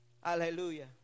Hallelujah